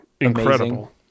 incredible